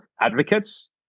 advocates